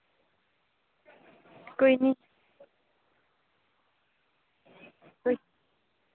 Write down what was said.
कोई नी कोई